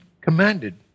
commanded